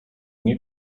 nie